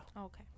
Okay